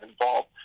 involved